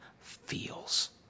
feels